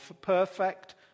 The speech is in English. perfect